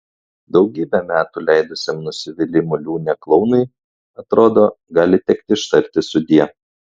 daugybę metų leidusiam nusivylimų liūne klounui atrodo gali tekti ištarti sudie